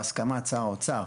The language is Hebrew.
בהסכמת שר האוצר,